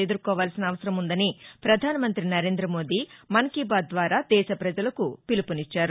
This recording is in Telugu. ఎదుర్కోవాల్సిన అవసరముందని ప్రధానమంతి నరేంద్రమోదీ మన్ కీ బాత్ ద్వారా దేశ ప్రపజలకు పిలుపునిచ్చారు